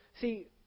see